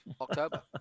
October